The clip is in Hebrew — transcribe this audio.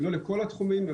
לא לכל התחומים,